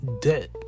debt